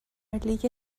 لیگ